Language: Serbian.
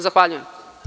Zahvaljujem.